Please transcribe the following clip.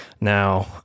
now